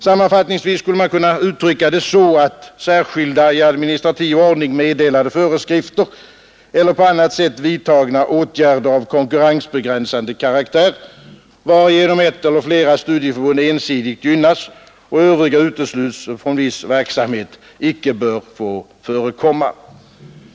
Sammanfattningsvis skulle man kunna uttrycka det så att särskilda i administrativ ordning meddelade föreskrifter eller på annat sätt vidtagna åtgärder av konkurrensbegränsande karaktär, varigenom ett eller flera studieförbund ensidigt gynnas och övriga utesluts från viss verksamhet, icke bör få förekomma.